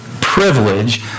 privilege